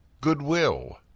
goodwill